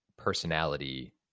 personality